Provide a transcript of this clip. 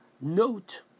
note